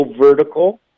vertical